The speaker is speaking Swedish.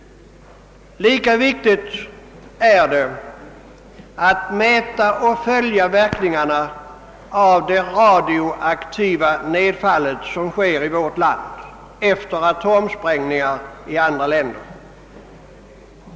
Lika viktigt är det att mäta och följa verkningarna av det radioaktiva nedfall som förekommer i vårt land efter atomsprängningar i andra länder.